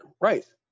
right